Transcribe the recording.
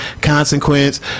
Consequence